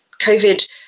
COVID